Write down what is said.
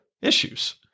issues